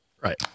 Right